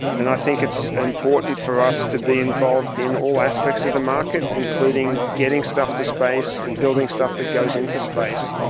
and i think it's important for us to be involved in all aspects of the market, including getting stuff to space and building stuff that goes into space.